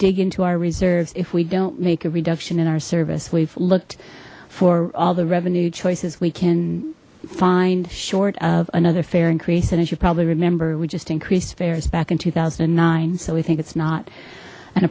dig into our reserves if we don't make a reduction in our service we've looked for all the revenue choices we can find short of another fare increase and as you probably remember we just increased fares back in two thousand and nine so we think it's not an